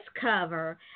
cover